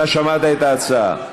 אתה שמעת את ההצעה.